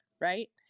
right